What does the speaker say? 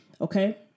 Okay